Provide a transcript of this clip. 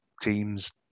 teams